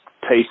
taste